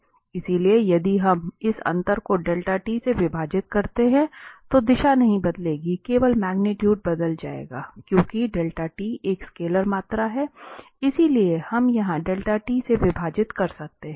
इसलिए यदि हम इस अंतर को से विभाजित करते हैं तो दिशा नहीं बदलेगी केवल मगनीटुडे बदल जाएगा क्योंकि एक स्केलर मात्रा है इसलिए हम यहां से विभाजित कर सकते हैं